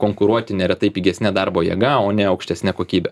konkuruoti neretai pigesne darbo jėga o ne aukštesne kokybe